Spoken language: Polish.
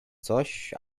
coś